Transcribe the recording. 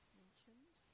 mentioned